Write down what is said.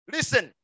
Listen